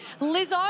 Lizzo